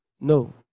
No